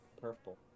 purple